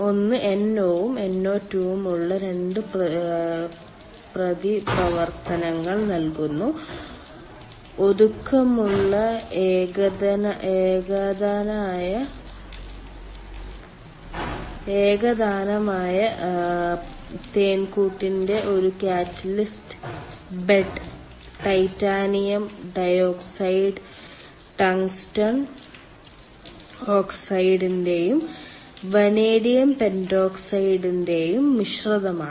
ഒന്ന് NO ഉം NO2 ഉം ഉള്ള 2 പ്രതിപ്രവർത്തനങ്ങൾ നൽകുന്നു ഒതുക്കമുള്ള ഏകതാനമായ തേൻകൂട്ടിന്റെ ഒരു catalyst bed titanium dioxide tungsten ഓക്സൈഡിന്റെയും വനേഡിയം പെന്റോക്സൈഡിന്റെയും മിശ്രിതമാണ്